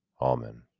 Amen